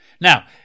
Now